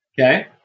Okay